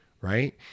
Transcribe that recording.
right